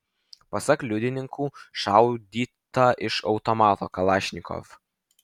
pasak liudininkų šaudyta iš automato kalašnikov